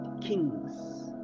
kings